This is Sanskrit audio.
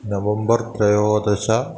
नवम्बर् त्रयोदश